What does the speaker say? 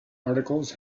articles